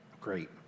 great